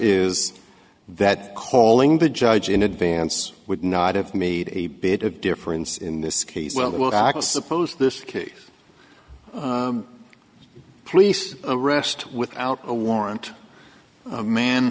is that calling the judge in advance would not have made a bit of difference in this case well i suppose this case police arrest without a warrant a man